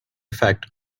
effect